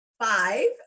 five